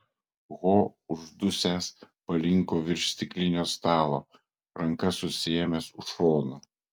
ho uždusęs palinko virš stiklinio stalo ranka susiėmęs už šono